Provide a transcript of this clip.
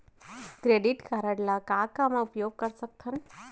Credit card ला का का मा उपयोग कर सकथन?